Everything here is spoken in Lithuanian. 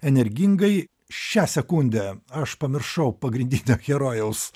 energingai šią sekundę aš pamiršau pagrindinio herojaus